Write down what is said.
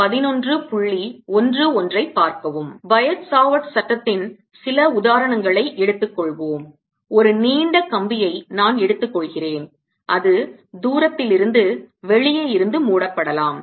பயோட் Savart சட்டத்தின் சில உதாரணங்களை எடுத்துக்கொள்வோம் ஒரு நீண்ட கம்பியை நான் எடுத்துக்கொள்கிறேன் அது தூரத்திலிருந்து வெளியே இருந்து மூடப்படலாம்